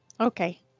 Okay